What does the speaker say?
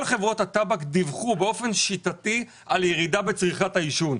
כל חברות הטבק דיווחו באופן שיטתי על ירידה בצריכת העישון.